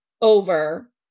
over